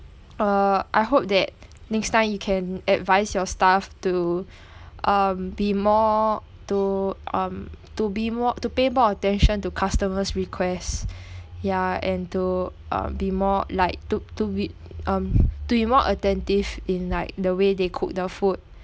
uh I hope that next time you can advise your staff to um be more to um to be more to pay more attention to customers' requests ya and to uh be more like took to be um to be more attentive in like the way they cook the food